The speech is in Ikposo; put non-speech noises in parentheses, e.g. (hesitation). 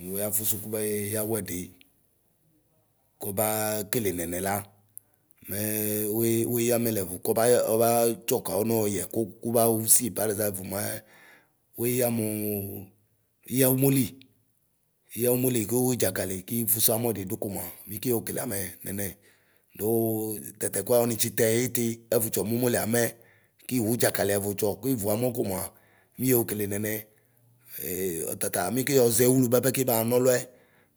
Munya fusu kubae eyaωɛɖɩ kɔbaa kelenɛnɛla mɛɛ iʋue yamɛ lɛvu kɔbayɔ ɔbaa taɔ kaωu nɔɔ yɛku kubaɣusi parɛʒamp mɛɩωueyɔ muu, ωueyɔ umoli. Wueyɔ uomli kuωuidzakali kifusu amɔɛdi du komua mikiyokele nɛnɛ. (hesitation) ɔtataa mikiyɔʒɛ ulu bapɛ kibaa nɔluɛ.